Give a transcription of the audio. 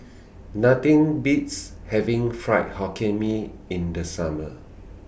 Nothing Beats having Fried Hokkien Mee in The Summer